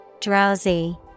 Drowsy